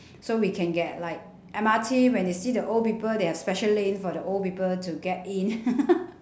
so we can get like M_R_T when they see the old people they have special lane for the old people to get in